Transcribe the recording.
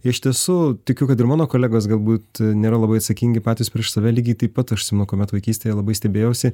iš tiesų tikiu kad ir mano kolegos galbūt nėra labai atsakingi patys prieš save lygiai taip pat aš atsimenu kuomet vaikystėje labai stebėjausi